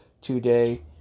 today